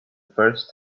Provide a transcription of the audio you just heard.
first